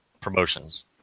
Promotions